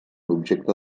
objecte